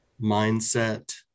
mindset